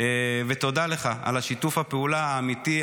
ותודה לך על שיתוף הפעולה האמיתי,